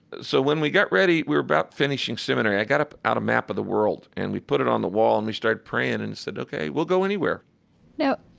so when we got ready, we're about finishing seminary. i got up, out a map of the world and we put it on the wall. and we start praying and said, ok, we'll go anywhere now,